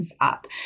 up